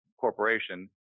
corporation